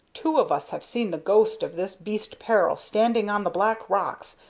two of us have seen the ghost of this beast per'l standing on the black rocks,